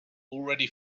already